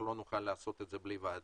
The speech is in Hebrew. לא נוכל לעשות את זה בלי ועדה.